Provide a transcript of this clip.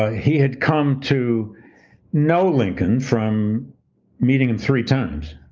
ah he had come to know lincoln from meeting him three times,